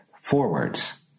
forwards